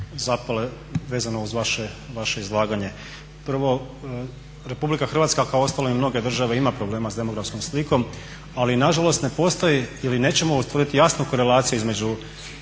zapale vezano uz vaše izlaganje. Prvo Republika Hrvatska kao uostalom i mnoge države ima problema sa demografskom slikom ali nažalost ne postoje ili nećemo ustvrditi jasnu korelaciju između